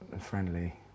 friendly